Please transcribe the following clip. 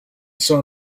saw